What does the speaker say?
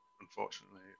unfortunately